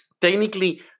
technically